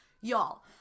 y'all